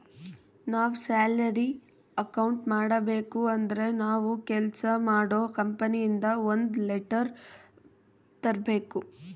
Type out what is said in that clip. ನಾವ್ salary account ಮಾಡಬೇಕು ಅಂದ್ರೆ ನಾವು ಕೆಲ್ಸ ಮಾಡೋ ಕಂಪನಿ ಇಂದ ಒಂದ್ ಲೆಟರ್ ತರ್ಬೇಕು